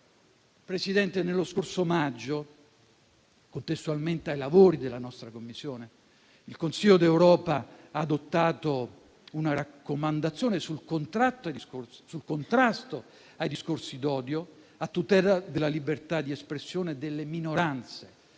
Presidente, nello scorso maggio, contestualmente ai lavori della nostra Commissione, il Consiglio d'Europa ha adottato una raccomandazione sul contrasto ai discorsi d'odio, a tutela della libertà di espressione delle minoranze